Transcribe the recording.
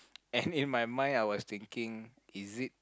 and in my mind I was thinking is it